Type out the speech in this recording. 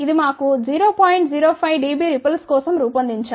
05 dB ripples కోసం రూపొందించాము